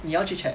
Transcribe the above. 你要去 check